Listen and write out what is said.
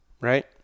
Right